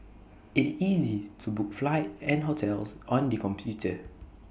IT is easy to book flight and hotels on the computer